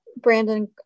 Brandon